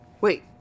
Wait